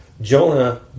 Jonah